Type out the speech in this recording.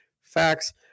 Facts